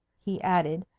he added,